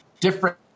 different